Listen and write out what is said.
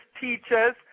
teachers